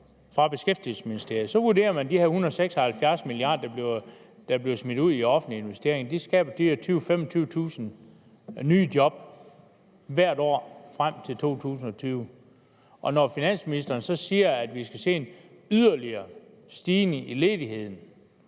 fra Beskæftigelsesministeriet, vurderer man, at de her 176 mia. kr., der bliver smidt ud i offentlige investeringer, skaber de her 20.000-25.000 nye job hvert år frem til 2020. Og når finansministeren så siger, at vi skal se en yderligere stigning i ledigheden